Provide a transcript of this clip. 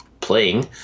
playing